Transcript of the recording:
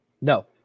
No